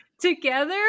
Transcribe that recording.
together